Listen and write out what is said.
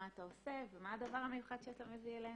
מה אתה עושה ומה הדבר המיוחד שאתה מביא אלינו.